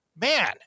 man